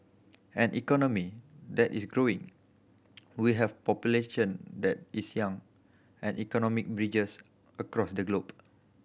an economy that is growing we have population that is young and economic bridges across the globe